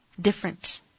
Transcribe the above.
different